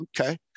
Okay